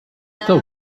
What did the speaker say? still